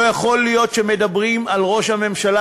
לא יכול להיות שמדברים על ראש הממשלה